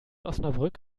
osnabrück